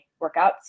workouts